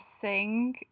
sing